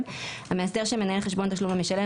39ט. המאסדר של מנהל חשבון תשלום למשלם,